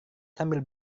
sambil